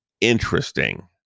Interesting